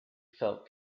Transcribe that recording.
felt